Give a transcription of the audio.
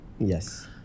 Yes